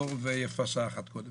ויפה שעה אחת קודם.